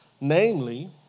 Namely